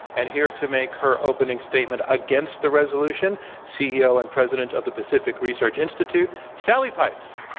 and here to make her opening statement against the resolution, ceo and president of the pacific research institute, sally pipes.